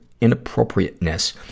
inappropriateness